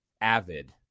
Avid